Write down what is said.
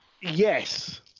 Yes